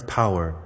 power